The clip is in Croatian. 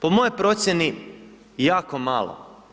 Po mojoj procjeni jako malo.